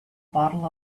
bottle